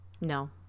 No